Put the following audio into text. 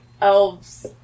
elves